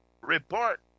report